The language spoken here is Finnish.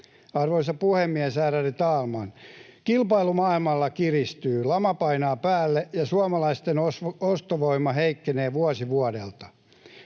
Arvoisa puhemies, ärade talman! Kilpailu maailmalla kiristyy, lama painaa päälle, ja suomalaisten ostovoima heikkenee vuosi vuodelta.